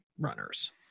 runners